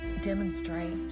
demonstrate